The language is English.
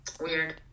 Weird